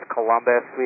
Columbus